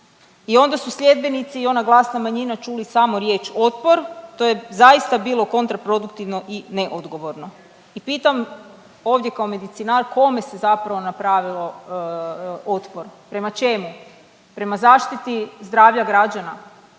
i onda su sljedbenici i ona glasna manjina čuli samo riječ otpor. To je zaista bilo kontra produktivno i neodgovorno. I pitam ovdje kao medicinar kome se zapravo napravilo otpor? Prema čemu? Prema zaštiti zdravlja građana?